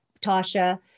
Tasha